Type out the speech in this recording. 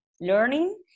learning